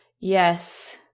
Yes